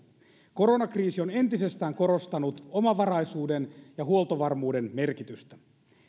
koronakriisi on entisestään korostanut omavaraisuuden ja huoltovarmuuden merkitystä